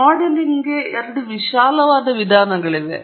ಮಾಡೆಲಿಂಗ್ಗೆ ಎರಡು ವಿಶಾಲವಾದ ವಿಧಾನಗಳಿವೆ